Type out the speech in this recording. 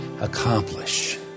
accomplish